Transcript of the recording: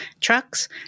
trucks